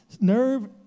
nerve